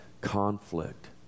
conflict